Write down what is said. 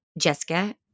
Jessica